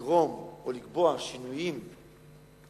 לגרום או לקבוע שינויים והבדלים